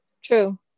True